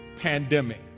pandemic